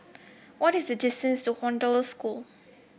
what is the distance to Hollandse School